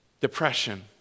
depression